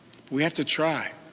we have to try.